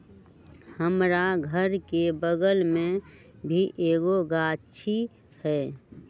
हमरा घर के बगल मे भी एगो गाछी हई